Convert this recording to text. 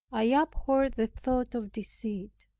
i abhorred the thought of deceit.